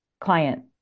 client